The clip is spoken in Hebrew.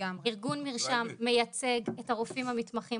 ארגון מרשם מייצג את הרופאים המתמחים,